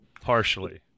partially